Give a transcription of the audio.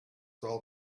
saw